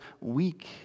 weak